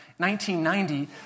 1990